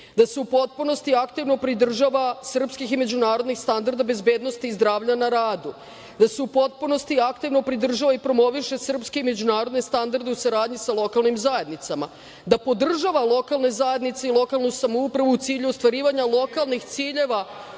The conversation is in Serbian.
da se u potpunosti aktivno pridržava srpskih i međunarodnih standarda bezbednosti i zdravlja na radu, da se u potpunosti aktivno pridržava i promoviše srpske i međunarodne standarde u saradnji sa lokalnim zajednicama, da podržava lokalne zajednice i lokalnu samoupravu u cilju ostvarivanja lokalnih ciljeva